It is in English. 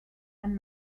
and